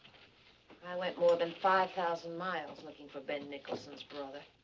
ah like more than five thousand miles looking for ben nicholson's brother.